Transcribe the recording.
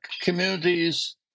communities